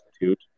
Institute